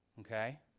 okay